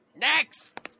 Next